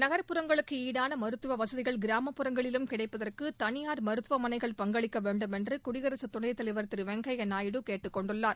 நகர்ப்புறங்களுக்கு ஈடான மருத்துவ வசதிகள் கிராமப்புறங்களிலும் கிடைப்பதற்கு தனியார் மருத்துவமனைகள் பங்களிக்க வேண்டும் என்று குடியரசுத் துணைத் தலைவர் திரு வெங்கய்யா நாயுடு கேட்டுக் கொண்டுள்ளார்